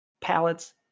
pallets